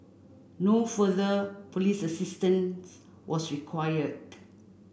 no further police assistance was required